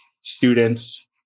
students